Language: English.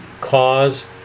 cause